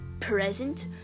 present